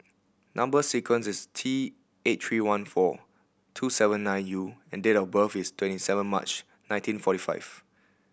number sequence is T eight three one four two seven nine U and date of birth is twenty seven March nineteen forty five